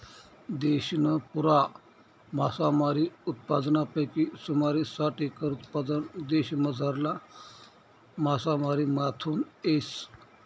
देशना पुरा मासामारी उत्पादनपैकी सुमारे साठ एकर उत्पादन देशमझारला मासामारीमाथून येस